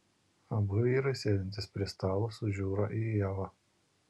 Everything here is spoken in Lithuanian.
abu vyrai sėdintys prie stalo sužiūra į ievą